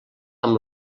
amb